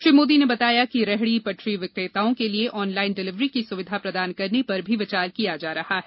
प्रधानमंत्री ने बताया कि रेहड़ी पटरी विक्रेताओं के लिए आनलाइन डिलीवरी की सुविधा प्रदान करने पर भी विचार किया जा रहा है